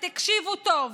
ותקשיבו טוב: